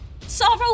sorrow